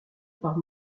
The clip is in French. par